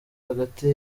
hagati